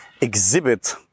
exhibit